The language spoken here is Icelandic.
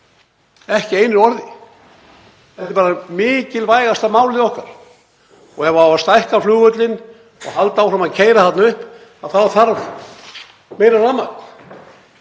ekki einu orði. Þetta er mikilvægasta málið okkar. Ef á að stækka flugvöllinn og halda áfram að keyra þarna upp þá þarf meira rafmagn.